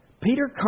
Peter